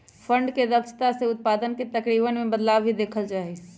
fund के दक्षता से उत्पाद के तरीकवन में बदलाव भी देखल जा हई